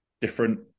different